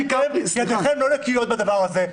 לכן ידיכם לא נקיות בדבר הזה.